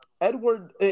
Edward